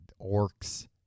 orcs